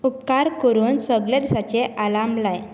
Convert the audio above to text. उपकार करून सगळ्या दिसाचें आलार्म लाय